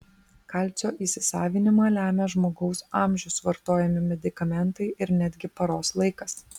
kalcio įsisavinimą lemia žmogaus amžius vartojami medikamentai ir netgi paros laikas